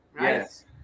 Yes